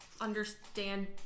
understand